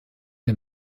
der